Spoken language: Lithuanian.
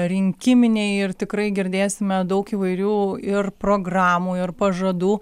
rinkiminiai ir tikrai girdėsime daug įvairių ir programų ir pažadų